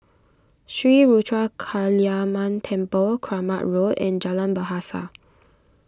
Sri Ruthra Kaliamman Temple Kramat Road and Jalan Bahasa